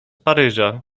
paryża